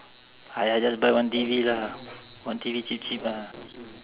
!aiya! just buy one T_V lah one T_V cheap cheap ah